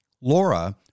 Laura